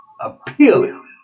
appealing